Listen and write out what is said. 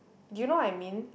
you know I mean